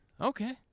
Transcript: Okay